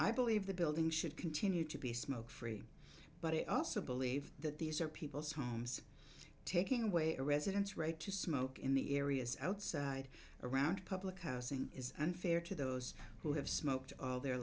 i believe the building should continue to be smoke free but i also believe that these are people's homes taking away a residence right to smoke in the areas outside around public housing is unfair to those who have smoked all their